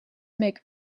make